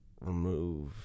remove